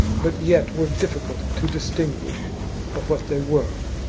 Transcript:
but yet were difficult to distinguish for what they were,